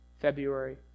February